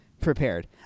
prepared